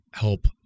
help